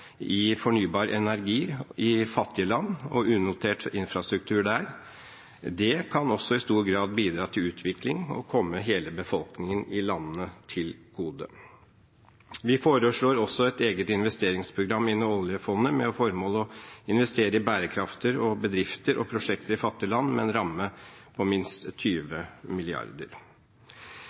i fornybar energi i fattige land og unotert infrastruktur der. Det kan også i stor grad bidra til utvikling og komme hele befolkningen i landene til gode. Vi foreslår også et eget investeringsprogram innenfor oljefondet, med formål å investere i bærekraftige bedrifter og prosjekter i fattige land, med en ramme på minst